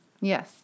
Yes